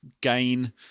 gain